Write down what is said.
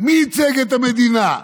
מי ייצג את המדינה?